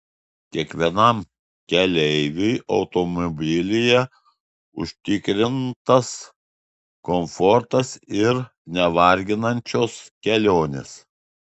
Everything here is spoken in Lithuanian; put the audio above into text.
kiekvienam keleiviui automobilyje užtikrintas komfortas ir nevarginančios kelionės